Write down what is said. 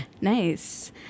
Nice